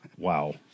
Wow